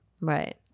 Right